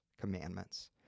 commandments